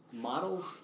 models